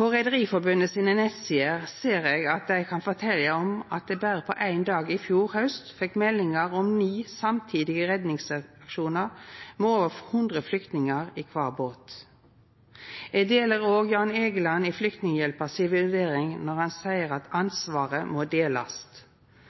På nettsidene til Rederiforbundet ser eg at dei kan fortelja om at dei berre på éin dag i fjor haust fekk meldingar om ni samtidige redningsaksjonar med over 100 flyktningar i kvar båt. Eg deler òg vurderinga til Jan Egeland i Flyktninghjelpen når han seier at ansvaret må delast.